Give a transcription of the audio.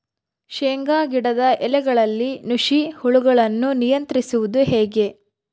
ಶೇಂಗಾ ಗಿಡದ ಎಲೆಗಳಲ್ಲಿ ನುಷಿ ಹುಳುಗಳನ್ನು ನಿಯಂತ್ರಿಸುವುದು ಹೇಗೆ?